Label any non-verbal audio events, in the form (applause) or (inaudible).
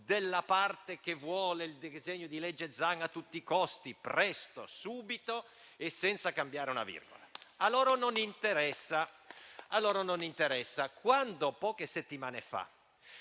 dell'Assemblea che vuole il disegno di legge Zan a tutti i costi, presto, subito e senza cambiare una virgola. (applause) A loro non interessa. Quando, poche settimane fa,